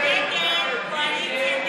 ההסתייגות של חבר הכנסת מיקי לוי לפני סעיף